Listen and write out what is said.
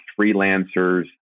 freelancers